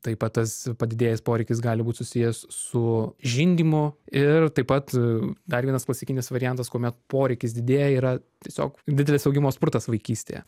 taip pat tas padidėjęs poreikis gali būt susijęs su žindymu ir taip pat dar vienas klasikinis variantas kuomet poreikis didėja yra tiesiog didelis augimo spurtas vaikystėje